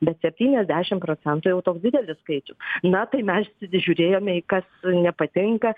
bet septyniasdešim procentų jau toks didelis skaičius na tai mes žiūrėjome į kas nepatinka